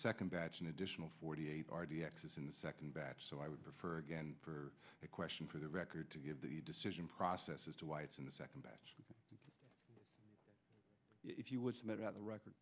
second batch an additional forty eight r d x is in the second batch so i would prefer again for the question for the record to give the decision process as to why it's in the second batch if you would rather record